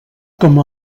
com